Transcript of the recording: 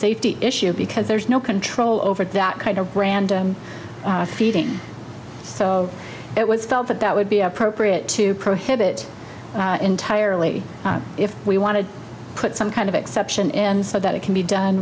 safety issue because there's no control over that kind of random feeding so it was felt that that would be appropriate to prohibit entirely if we want to put some kind of exception in so that it can be done